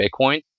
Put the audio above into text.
Bitcoin